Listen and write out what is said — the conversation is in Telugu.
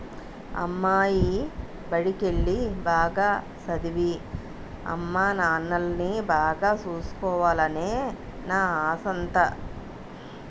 అమ్మాయి బడికెల్లి, బాగా సదవి, అమ్మానాన్నల్ని బాగా సూసుకోవాలనే నా ఆశంతా